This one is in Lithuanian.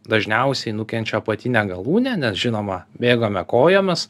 dažniausiai nukenčia apatinė galūnė nes žinoma bėgame kojomis